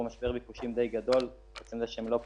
משבר ביקושים די גדול בכך שהם לא פועלים,